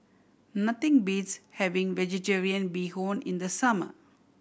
nothing beats having Vegetarian Bee Hoon in the summer